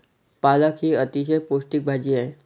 पालक ही अतिशय पौष्टिक भाजी आहे